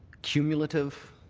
cumulative